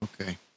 Okay